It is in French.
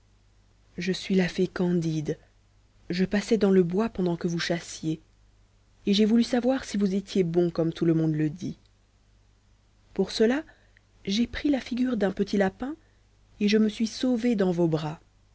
je suis la fée candide je passais dans le bois pendant que vous chassiez et j'ai voulu savoir si vous étiez bon comme tout le monde le dit pour cela j'ai pris la figure d'un petit lapin et je me suis sauvée dans vos bras